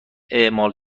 اعمال